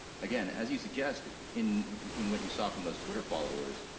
again, as you suggest in in what you saw from those twitter followers,